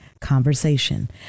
conversation